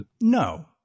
No